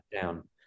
down